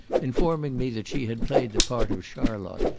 informing me that she had played the part of charlotte,